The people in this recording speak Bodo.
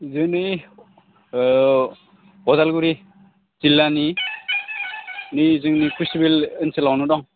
जोंनि अदालगुरि जिल्लानि जोंनि कसुबिल ओनसोलावनो दं